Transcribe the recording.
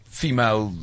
female